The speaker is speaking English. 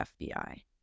FBI